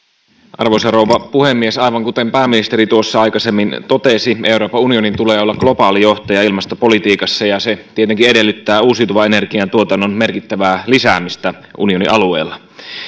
arvoisa rouva puhemies aivan kuten pääministeri aikaisemmin totesi euroopan unionin tulee olla globaali johtaja ilmastopolitiikassa se tietenkin edellyttää uusiutuvan energian tuotannon merkittävää lisäämistä unionin alueella